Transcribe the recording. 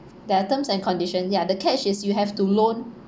there are terms and condition ya the catch is you have to loan